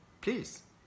please